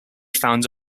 found